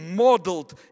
modeled